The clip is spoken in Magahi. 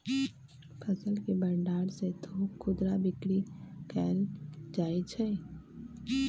फसल के भण्डार से थोक खुदरा बिक्री कएल जाइ छइ